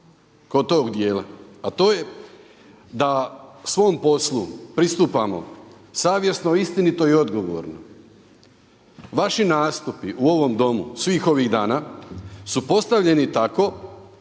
kod tog djela a to je da svom poslu pristupamo savjesno, istinito i odgovorno. Vaši nastupi u ovom domu svih ovih dana su postavljeni tako